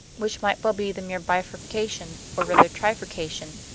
which might well be the mere bifurcation, or rather trifurcation,